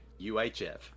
UHF